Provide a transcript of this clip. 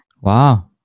Wow